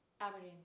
Aberdeen